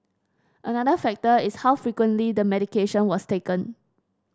another factor is how frequently the medication was taken